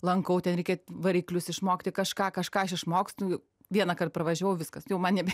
lankau ten reikia variklius išmokti kažką kažką aš išmokstu vienąkart pravažiavau viskas jau man nebe